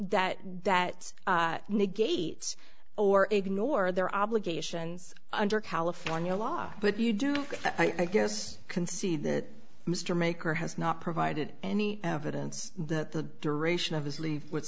that that negates or ignore their obligations under california law but you do i guess concede that mr maker has not provided any evidence that the duration of his leave would